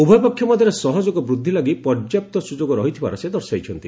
ଉଭୟପକ୍ଷ ମଧ୍ୟରେ ସହଯୋଗ ବୃଦ୍ଧି ଲାଗି ଅପର୍ଯ୍ୟାପ୍ତ ସୁଯୋଗ ରହିଥିବାର ସେ ଦର୍ଶାଇଛନ୍ତି